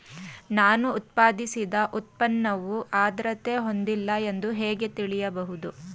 ನಾನು ಉತ್ಪಾದಿಸಿದ ಉತ್ಪನ್ನವು ಆದ್ರತೆ ಹೊಂದಿಲ್ಲ ಎಂದು ಹೇಗೆ ತಿಳಿಯಬಹುದು?